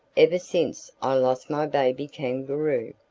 ever since i lost my baby kangaroo.